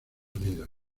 unidos